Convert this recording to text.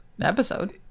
episode